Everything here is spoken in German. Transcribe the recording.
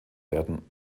werden